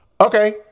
Okay